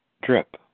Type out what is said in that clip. drip